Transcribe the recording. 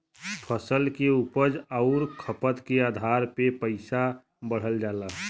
फसल के उपज आउर खपत के आधार पे पइसवा बढ़ जाला